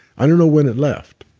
i don't know when it left,